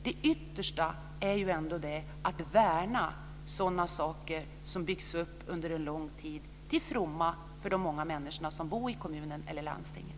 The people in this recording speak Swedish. Det yttersta är ju ändå att värna sådana saker som byggts upp under en lång tid till fromma för de många människor som bor i kommunen eller landstinget.